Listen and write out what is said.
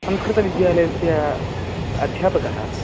संस्कृतविद्यालयस्य अध्यापकः